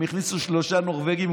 הם הכניסו שלושה נורבגים,